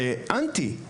זה אנטי.